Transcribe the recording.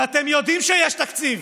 ואתם יודעים שיש תקציב.